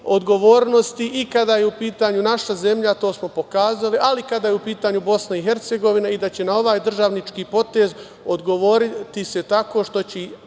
i kada je u pitanju naša zemlja, a to smo pokazali, ali kada je u pitanju Bosna i Hercegovina i da će na ovaj državnički potez odgovoriti se tako što će